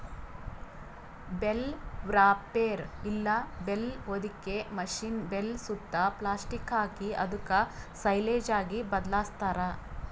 bale wrapper ಇಲ್ಲ bale ಹೊದಿಕೆ machine bale ಸುತ್ತಾ ಪ್ಲಾಸ್ಟಿಕ್ ಹಾಕಿ ಅದುಕ್ ಸೈಲೇಜ್ ಆಗಿ ಬದ್ಲಾಸ್ತಾರ್